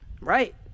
Right